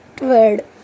word